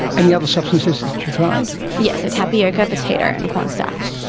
any other substances that you tried? yes, tapioca, potato and corn starch.